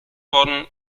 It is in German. worden